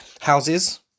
Houses